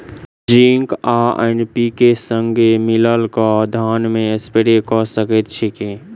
Zinc आ NPK, संगे मिलल कऽ धान मे स्प्रे कऽ सकैत छी की?